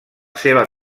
seva